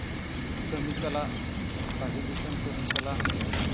ᱠᱟᱹᱢᱤ ᱪᱟᱞᱟᱜ ᱵᱟᱦᱨᱮ ᱫᱤᱥᱚᱢ ᱠᱟᱹᱢᱤ ᱪᱟᱞᱟᱜ